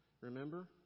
remember